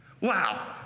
Wow